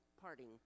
parting